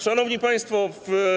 Szanowni Państwo!